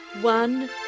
One